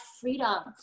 freedom